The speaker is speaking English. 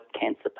cancer